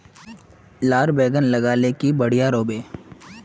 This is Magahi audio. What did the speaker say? लार बैगन लगाले की बढ़िया रोहबे?